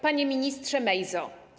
Panie Ministrze Mejzo!